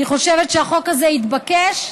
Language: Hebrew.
אני חושבת שהחוק הזה התבקש,